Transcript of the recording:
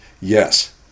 Yes